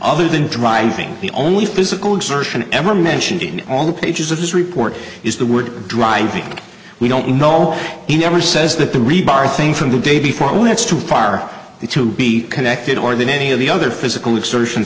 other than driving the only physical exertion ever mentioned in all the pages of his report is the word driving we don't know he never says that the rebar thing from the day before when it's too far to be connected or than any of the other physical exertion